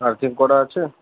earthing করা আছে